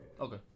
Okay